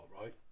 right